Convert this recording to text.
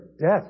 death